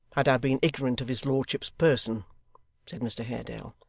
had i been ignorant of his lordship's person said mr haredale.